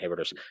inhibitors